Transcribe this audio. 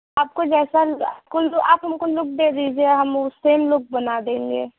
आपको जैसा आप हमको लुक दे दीजिए हम ऊ सेम लुक बना देंगे